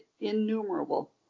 innumerable